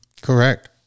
Correct